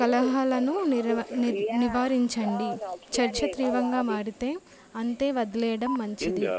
కలహాలను నివారించండి చర్చ తీవ్రంగా మారితే అంతే వదిలేయడం మంచిది